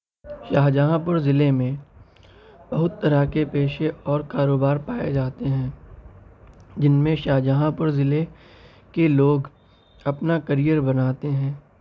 شاہجہاں پور ضلعے میں بہت طرح کے پیشے اور کاروبار پائے جاتے ہیں جن میں شاہجہاں پور ضلعے کے لوگ اپنا کیریئر بناتے ہیں